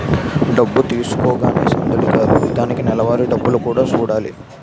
డబ్బు తీసుకోగానే సందడి కాదు దానికి నెలవారీ డబ్బులు కూడా సూడాలి